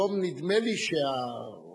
היום נדמה לי שהרצון,